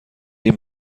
این